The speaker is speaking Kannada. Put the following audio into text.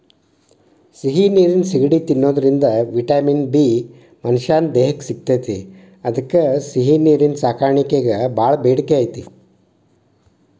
ಸಿಹಿ ನೇರಿನ ಸಿಗಡಿ ತಿನ್ನೋದ್ರಿಂದ ವಿಟಮಿನ್ ಬಿ ಮನಶ್ಯಾನ ದೇಹಕ್ಕ ಸಿಗ್ತೇತಿ ಅದ್ಕ ಸಿಹಿನೇರಿನ ಸಾಕಾಣಿಕೆಗ ಬಾಳ ಬೇಡಿಕೆ ಐತಿ